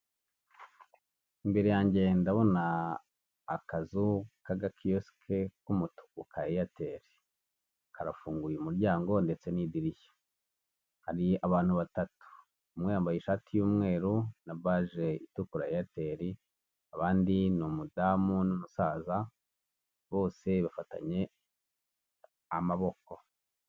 Imbere yanjye ndabona akazu k'agakiyosike k'umutuku ka eyateri karafunguye umuryango ndetse n'idirishya, hari abantu batatu umwe yambaye ishati y'umweru na baje itukura ya eyateri abandi ni umudamu n'umusaza bose bafatanye amaboko.